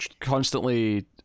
constantly